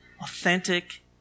authentic